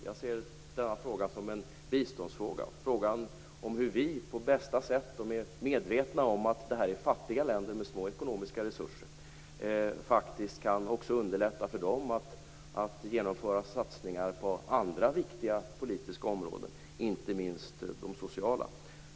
Jag ser denna fråga som en biståndsfråga, en fråga om hur vi på bästa sätt och medvetna om att det här är fattiga länder med små ekonomiska resurser faktiskt också kan underlätta för dem att genomföra satsningar på andra viktiga politiska områden, inte minst de sociala.